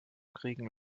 kriegen